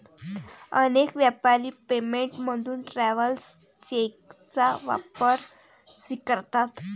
अनेक व्यापारी पेमेंट म्हणून ट्रॅव्हलर्स चेकचा वापर स्वीकारतात